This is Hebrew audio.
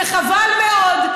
וחבל מאוד.